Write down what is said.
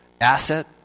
asset